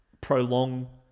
prolong